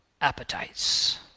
appetites